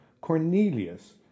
Cornelius